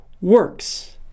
works